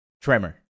Tremor